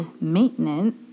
Maintenance